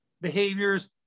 behaviors